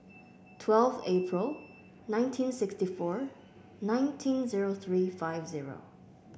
twelfth April nineteen sixty four nineteen zero three five zero